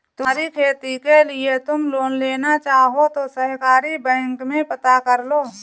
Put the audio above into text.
तुम्हारी खेती के लिए तुम लोन लेना चाहो तो सहकारी बैंक में पता करलो